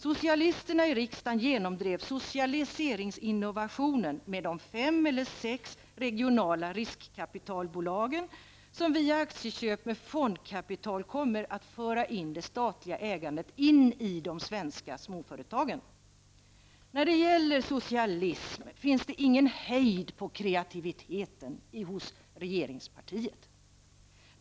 Socialisterna i riksdagen genomdrev socialiseringsinnovationen med de fem eller sex regionala riskkapitalbolagen, som via aktieköp med fondkapital kommer att föra in det statliga ägandet i de svenska småföretagen. När det gäller socialism finns det ingen hejd på kreativiteten hos regeringspartiet.